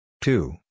two